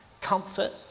comfort